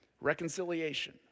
Reconciliation